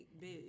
big